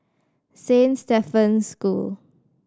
Saint Stephen's School